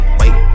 wait